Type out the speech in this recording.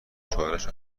شوهرش